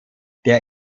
der